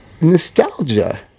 nostalgia